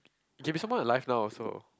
it can be someone alive now also